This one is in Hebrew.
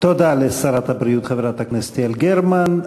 תודה לשרת הבריאות חברת הכנסת יעל גרמן.